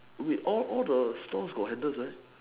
wait all all all the stores got handles right